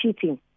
cheating